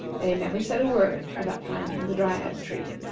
they never said a word about finding the dryad-tree.